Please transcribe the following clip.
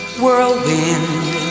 whirlwind